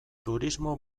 turismo